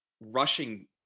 rushing